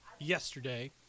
Yesterday